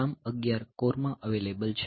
આ ARM11 core માં available છે